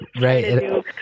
Right